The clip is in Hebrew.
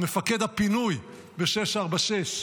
מפקד הפינוי ב-646,